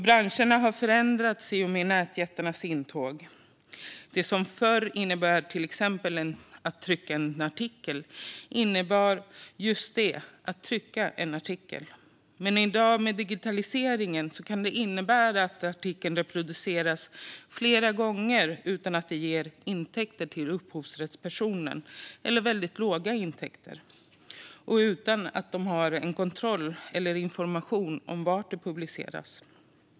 Branscherna har förändrats i och med nätjättarnas intåg. Det som förr innebar att till exempel trycka en artikel innebar just att trycka en artikel. Men med digitaliseringen i dag kan det innebära att artikeln reproduceras flera gånger utan att det ger intäkter till upphovsrättspersonerna, eller väldigt låga intäkter, och utan att de har kontroll på eller information om var den publiceras.